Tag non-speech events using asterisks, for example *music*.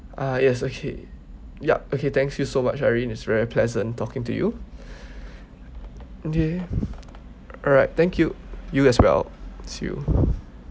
ah yes okay yup okay thank you so much irene it's very pleasant talking to you *breath* okay alright thank you you as well you too